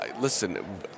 Listen